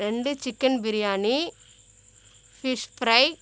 ரெண்டு chicken biryani fish fry